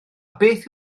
beth